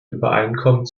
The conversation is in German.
übereinkommen